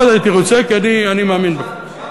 מאוד הייתי רוצה, כי אני מאמין בך.